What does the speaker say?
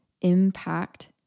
impact